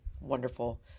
wonderful